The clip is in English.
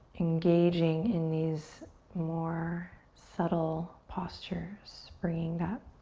engaging in these more subtle postures? bringing that